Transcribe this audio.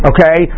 Okay